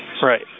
right